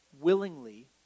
willingly